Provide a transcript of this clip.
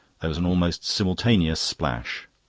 there was an almost simultaneous splash.